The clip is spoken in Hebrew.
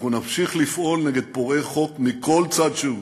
אנחנו נמשיך לפעול נגד פורעי חוק מכל צד שהוא,